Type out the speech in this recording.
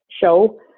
show